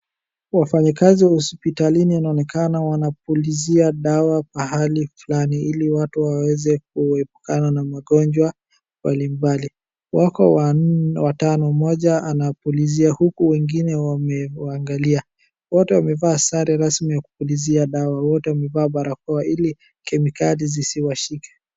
Wafanyikazi wa hospitalini inaonekana wanapulizia dawa pahali fulani ili watu waweze kuepukana na magonjwa mbalimbali. Wako watano, mmoja anapulizia, uku wengine wamewangalia. Wote wamevaa sare rasmi ya kupulizia dawa. Wote wamevaa barakoa hili kemikali zisiwashike.